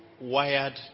wired